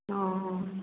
ஆ ஆ